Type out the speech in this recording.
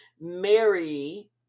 Mary